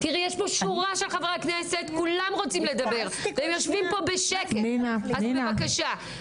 יש פה שורה של חברי כנסת וכולם רוצים לדבר ויושבים פה בשקט אז בבקשה.